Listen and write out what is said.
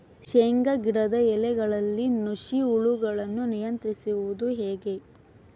ಶೇಂಗಾ ಗಿಡದ ಎಲೆಗಳಲ್ಲಿ ನುಷಿ ಹುಳುಗಳನ್ನು ನಿಯಂತ್ರಿಸುವುದು ಹೇಗೆ?